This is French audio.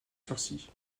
sursis